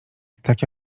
tak